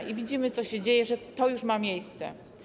I widzimy, co się dzieje, że to już ma miejsce.